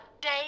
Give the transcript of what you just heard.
day